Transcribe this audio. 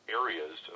areas